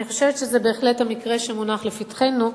אני חושבת שזה בהחלט המקרה שמונח לפתחנו,